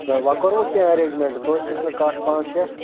وۅنۍ کوٚروٕ کیٚنٛہہ ایرینٛجمٮ۪نٛٹ توتہِ گوٚژھ مےٚ کَٹھ پانٛژھ شےٚ